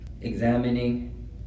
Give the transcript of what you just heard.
Examining